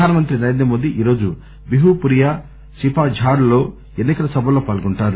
ప్రధానమంత్రి నరేంద్రమోదీ ఈరోజు బిహ్ పురియా సిపాఝార్ లో ఎన్ని కల సభల్లో పాల్గొంటారు